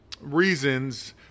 reasons